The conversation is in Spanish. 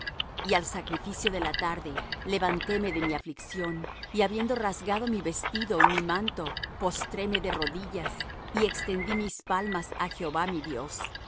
y al sacrificio de la tarde levantéme de mi aflicción y habiendo rasgado mi vestido y mi manto postréme de rodillas y extendí mis palmas á jehová mi dios